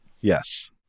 Yes